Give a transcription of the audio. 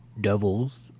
Devils